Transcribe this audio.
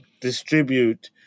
distribute